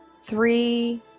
three